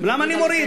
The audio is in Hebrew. למה אני מוריד?